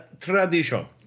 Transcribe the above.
Tradition